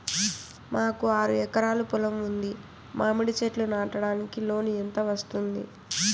మాకు ఆరు ఎకరాలు పొలం ఉంది, మామిడి చెట్లు నాటడానికి లోను ఎంత వస్తుంది?